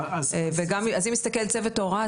אז אם יסתכל צוות ההוראה,